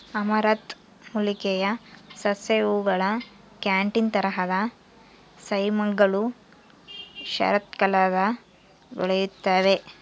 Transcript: amaranth ಮೂಲಿಕೆಯ ಸಸ್ಯ ಹೂವುಗಳ ಕ್ಯಾಟ್ಕಿನ್ ತರಹದ ಸೈಮ್ಗಳು ಶರತ್ಕಾಲದಾಗ ಬೆಳೆಯುತ್ತವೆ